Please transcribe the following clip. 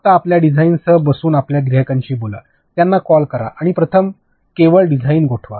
फक्त आपल्या डिझाइनसह बसून आपल्या ग्राहकांशी बोला त्यांना कॉल करा आणि प्रथम केवळ डिझाइन गोठवा